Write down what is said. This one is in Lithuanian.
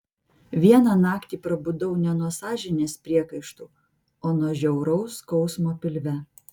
vieną naktį prabudau ne nuo sąžinės priekaištų o nuo žiauraus skausmo pilve